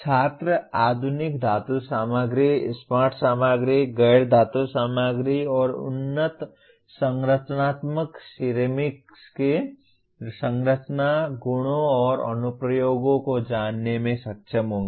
छात्र आधुनिक धातु सामग्री स्मार्ट सामग्री गैर धातु सामग्री और उन्नत संरचनात्मक सिरेमिक की संरचना गुणों और अनुप्रयोगों को जानने में सक्षम होंगे